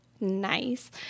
Nice